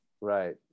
right